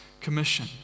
commission